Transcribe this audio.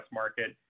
market